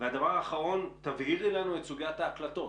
והדבר האחרון, תבהירי לנו את סוגיית ההקלטות.